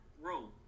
role